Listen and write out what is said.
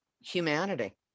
humanity